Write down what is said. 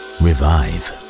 revive